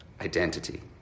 identity